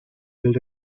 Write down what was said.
del